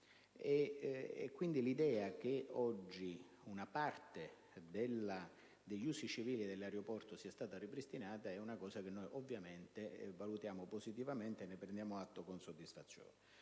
Pertanto, l'idea che oggi una parte degli usi civili dell'aeroporto sia stata ripristinata è qualcosa che valutiamo positivamente e ne prendiamo atto con soddisfazione.